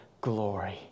glory